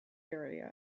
area